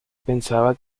pensaba